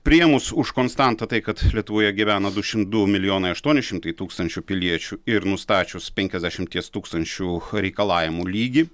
priėmus už konstantą tai kad lietuvoje gyvena du šim du milijonai aštuoni šimtai tūkstančių piliečių ir nustačius penkiasdešimties tūkstančių reikalavimų lygį